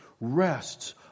rests